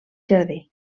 jardí